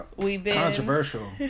Controversial